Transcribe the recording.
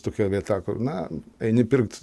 tokia vieta kur na eini pirkt